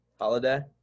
holiday